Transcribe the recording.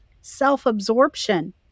Self-absorption